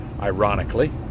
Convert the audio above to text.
ironically